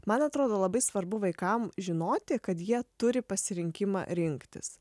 man atrodo labai svarbu vaikam žinoti kad jie turi pasirinkimą rinktis